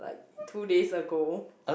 two days ago